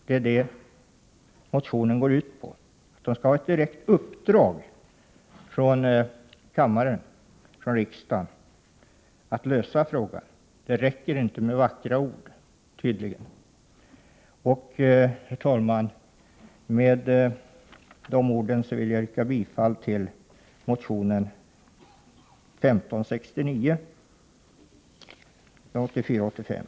Det är vad motionsyrkandet går ut på: att förvaltningsstyrelsen skall ha ett direkt uppdrag från riksdagen att lösa frågan. Det räcker tydligen inte med vackra ord. Herr talman! Med detta vill jag yrka bifall till motionen 1569.